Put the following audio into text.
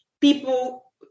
people